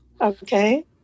Okay